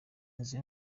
nzu